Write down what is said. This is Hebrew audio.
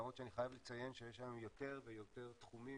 למרות שאני חייב לציין שיש היום יותר ויותר תחומים